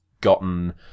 gotten